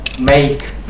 make